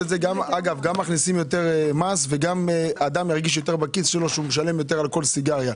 גם מכניסים יותר מס וגם האדם ירגיש שמשלם יותר על כל סיגריה.